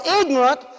ignorant